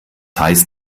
heißt